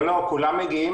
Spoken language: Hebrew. לא, לא, כולם מגיעים.